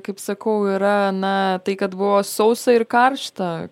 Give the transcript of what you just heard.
kaip sakau yra na tai kad buvo sausa ir karšta